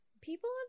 people